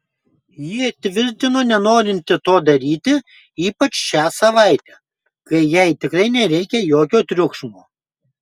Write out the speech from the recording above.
ji tvirtino nenorinti to daryti ypač šią savaitę kai jai tikrai nereikia jokio triukšmo